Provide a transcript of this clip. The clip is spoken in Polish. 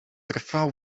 trwał